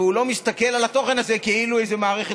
והוא לא מסתכל על התוכן הזה כאילו איזו מערכת